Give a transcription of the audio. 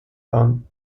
bahn